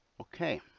Okay